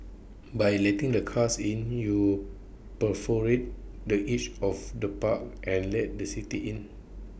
by letting the cars in you perforate the edge of the park and let the city in